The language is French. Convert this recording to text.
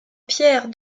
pierre